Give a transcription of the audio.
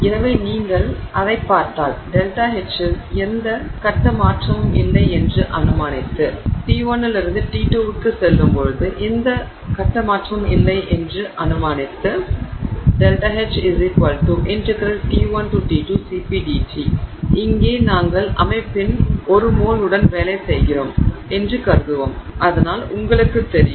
எனவே நீங்கள் அதை பார்த்தால் ΔHல் எந்த ஃபேஸ் மாற்றமும் இல்லை என்று அனுமானித்து T1 இலிருந்து T2 க்குச் செல்லும்போது எந்த ஃபேஸ் மாற்றமும் இல்லை என்று அனுமானித்து ΔHT1T2CpdT இங்கே நாங்கள் அமைப்பின் ஒரு மோல் உடன் வேலை செய்கிறோம் என்று கருதுவோம் அதனால் உங்களுக்கு தெரியும்